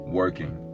working